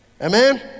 Amen